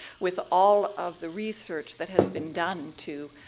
with all of the research that has been done to